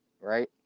right